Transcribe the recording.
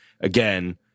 again